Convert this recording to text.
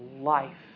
life